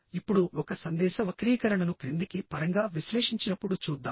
ఇప్పుడుఒక సందేశ వక్రీకరణను క్రిందికి పరంగా విశ్లేషించినప్పుడు చూద్దాం